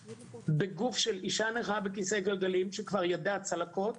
בגוף של אישה נכה בכסא גלגלים שכבר ידע צלקות